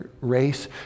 race